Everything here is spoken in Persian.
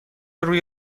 روی